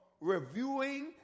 reviewing